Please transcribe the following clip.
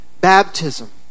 baptism